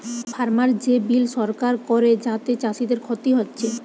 farmer যে bill সরকার করে যাতে চাষীদের ক্ষতি হচ্ছে